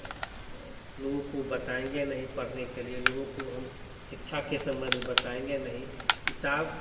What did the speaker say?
लोगों को बताएँगे नहीं पढ़ने के लिए लोगों को हम सिक्षा के संबंध में हम बताएँगे नहीं किताब